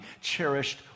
cherished